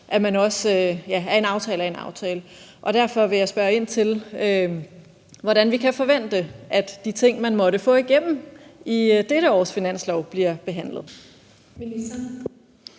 at en aftale er en aftale. Derfor vil jeg spørge ind til, hvordan vi kan forvente, at de ting, man måtte få igennem i dette års finanslov, bliver behandlet.